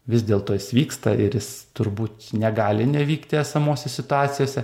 vis dėlto jis vyksta ir jis turbūt negali nevykti esamose situacijose